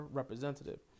representative